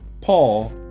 Paul